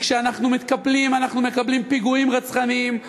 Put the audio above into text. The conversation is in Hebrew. כי כשאנחנו מתקפלים אנחנו מקבלים פיגועים רצחניים,